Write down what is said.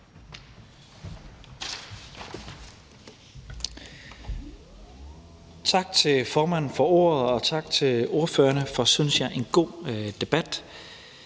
Tak til formanden for ordet, og tak til ordførerne for, synes jeg, en god debat.